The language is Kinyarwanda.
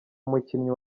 umukinnyi